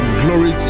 glory